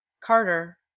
Carter